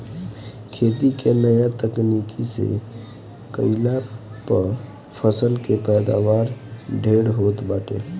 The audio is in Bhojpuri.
खेती के नया तकनीकी से कईला पअ फसल के पैदावार ढेर होत बाटे